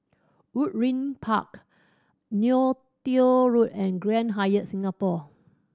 Woodleigh Park Neo Tiew Road and Grand Hyatt Singapore